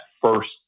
first